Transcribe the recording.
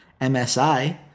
MSI